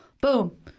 boom